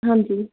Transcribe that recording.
ਹਾਂਜੀ